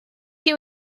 you